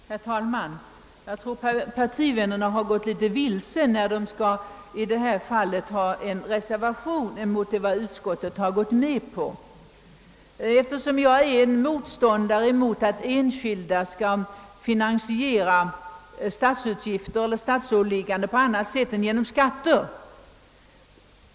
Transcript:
Herr talman! Jag tror att mina partivänner har gått litet vilse när de i detta fall reserverat sig mot utskottsmajoritetens förslag. Jag är för min del motståndare till att enskilda skall finansiera statsutgifter eller statsåligganden på annat sätt än genom skatter.